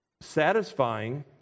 satisfying